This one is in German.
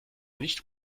nicht